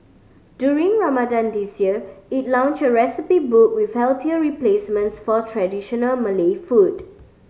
during Ramadan this year it launched a recipe book with healthier replacements for traditional Malay food